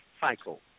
cycle